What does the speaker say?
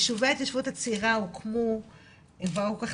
יישובי ההתיישבות הצעירה הוקמו - הם כבר לא כל כך